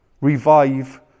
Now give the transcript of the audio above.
revive